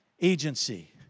agency